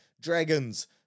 Dragons